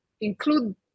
include